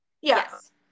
yes